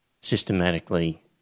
systematically